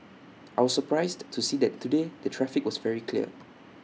I was surprised to see that today the traffic was very clear